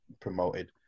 promoted